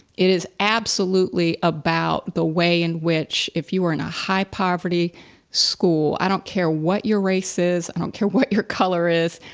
it is absolutely about the way in which, if you were in a high poverty school, i don't care what your race is, i don't care what your color is,